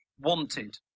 Wanted